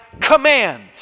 command